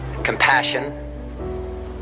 compassion